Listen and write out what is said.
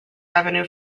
revenue